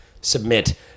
submit